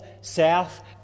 south